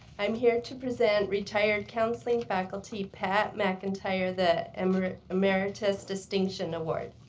i'm here to present retired counselling faculty pat mcintyre the emeritus distinguished and award.